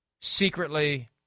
secretly